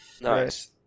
Nice